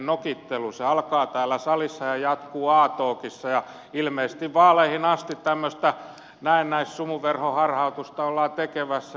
se alkaa täällä salissa ja jatkuu a talkissa ja ilmeisesti vaaleihin asti tämmöistä näennäissumuverhoharhautusta ollaan tekemässä